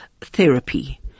therapy